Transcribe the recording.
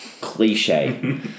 Cliche